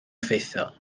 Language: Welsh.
effeithiol